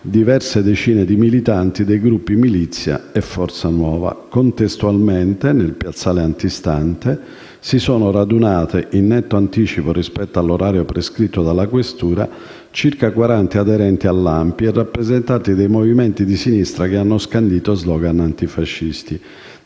diverse decine di militanti dei gruppi Militia e Forza nuova. Contestualmente, nel piazzale antistante, si sono radunate, in netto anticipo rispetto all'orario prescritto dalla questura, circa 40 aderenti all'ANPI e rappresentanti dei movimenti di sinistra che hanno scandito *slogan* antifascisti.